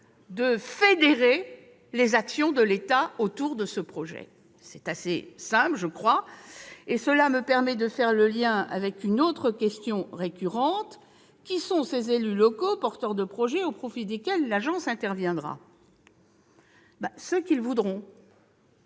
de fédérer les actions de l'État autour de ces projets. Cela me semble assez simple et me permet de faire le lien avec une autre question récurrente : qui sont ces élus locaux porteurs de projets au profit desquels l'agence interviendra ? Tout simplement